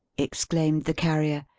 exclaimed the carrier.